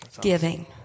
Giving